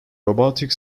robotic